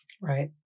Right